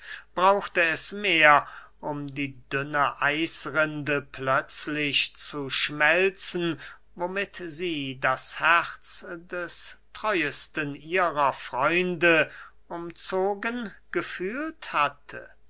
brauchte es mehr um die dünne eisrinde plötzlich zu schmelzen womit sie das herz des treuesten ihrer freunde umzogen gefühlt hatte